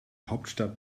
hauptstadt